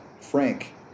Frank